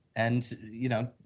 and you know,